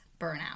burnout